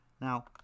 now